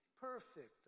Perfect